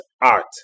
art